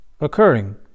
occurring